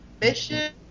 mission